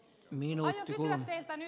aion kysyä teiltä nyt